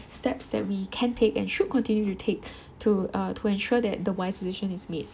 steps that we can take and should continue to take to uh to ensure that the wise decision is made